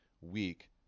weak